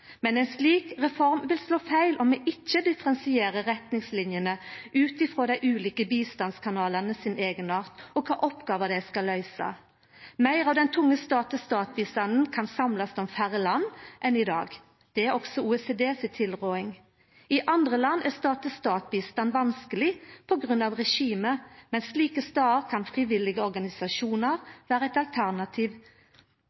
men ei slik reform vil slå feil om vi ikkje differensierer retningslinjene ut frå dei ulike bistandskanalane sin eigenart, og kva oppgåver dei skal løysa. Meir av den tunge stat-til-stat-bistanden kan samlast om færre land enn i dag. Det er også tilrådinga frå OECD. I andre land er stat-til-stat-bistand vanskeleg på grunn av regimet, men slike stader kan frivillige organisasjonar